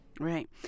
Right